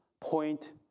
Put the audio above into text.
point